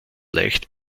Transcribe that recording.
leicht